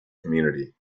community